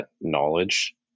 knowledge